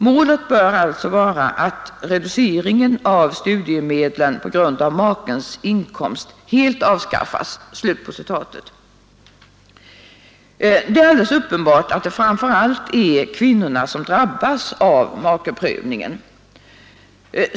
Målet bör alltså vara att reduceringen av studiemedlen på grund av makens inkomst helt avskaffas.” Det är alldeles uppenbart att det framför allt är kvinnorna som drabbas av makeprövningen.